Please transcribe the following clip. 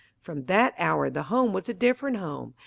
from that hour the home was a different home.